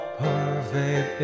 perfect